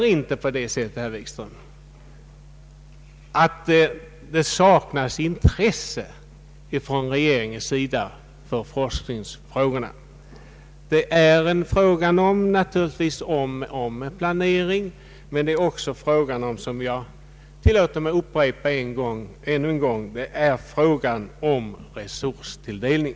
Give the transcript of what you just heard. Man saknar inte intresse från regeringens sida för forskningsfrågorna, herr Wikström. Det är naturligtvis en fråga om planering men också — jag tillåter mig att än en gång upprepa det — en fråga om resurstilldelning.